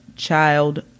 child